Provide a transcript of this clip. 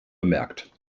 bemerkt